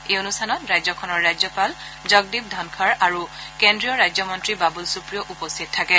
এই অনুষ্ঠানত ৰাজ্যখনৰ ৰাজ্যপাল জগদীপ ধনখড় আৰু কেন্দ্ৰীয় ৰাজ্য মন্ত্ৰী বাবুল সুপ্ৰিঅ উপস্থিত থাকে